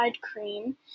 cream